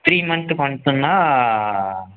three மன்த்துக்கு ஒன்ஸுன்னா